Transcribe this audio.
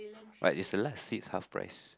but is the last seats half price